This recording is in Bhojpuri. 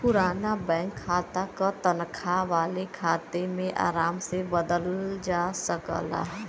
पुराना बैंक खाता क तनखा वाले खाता में आराम से बदलल जा सकल जाला